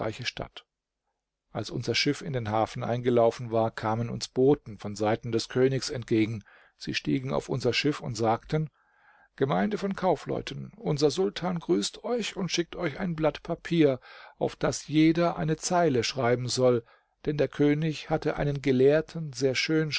stadt als unser schiff in den hafen eingelaufen war kamen uns boten von seiten des königs entgegen sie stiegen auf unser schiff und sagten gemeinde von kaufleuten unser sultan grüßt euch und schickt euch ein blatt papier auf das jeder eine zeile schreiben soll denn der könig hatte einen gelehrten sehr schön